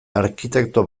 arkitekto